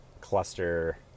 cluster